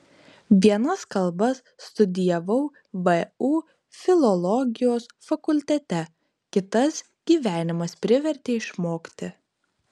vienas kalbas studijavau vu filologijos fakultete kitas gyvenimas privertė išmokti